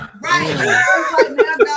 Right